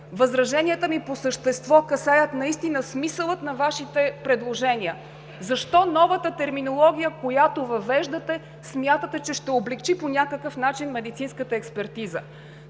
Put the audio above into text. Възраженията ми по същество касаят наистина смисъла на Вашите предложения. Защо новата терминология, която въвеждате, смятате, че ще облекчи по някакъв начин медицинската експертиза?